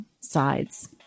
sides